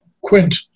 Quint